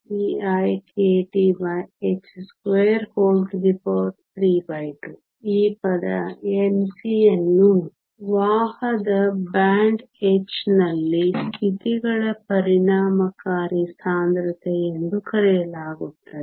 ಈ ಪದ Nc ಅನ್ನು ವಾಹಕ ಬ್ಯಾಂಡ್ h ನಲ್ಲಿ ಸ್ಥಿತಿಗಳ ಪರಿಣಾಮಕಾರಿ ಸಾಂದ್ರತೆ ಎಂದು ಕರೆಯಲಾಗುತ್ತದೆ